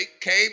came